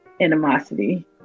animosity